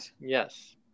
Yes